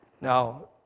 Now